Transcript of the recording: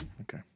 Okay